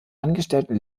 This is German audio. angestellten